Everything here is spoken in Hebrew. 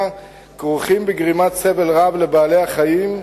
כרוכים בגרימת סבל רב לבעלי-החיים.